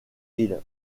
hill